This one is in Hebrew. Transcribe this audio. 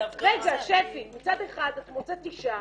רגע, מצד אחד את מוצאת אישה,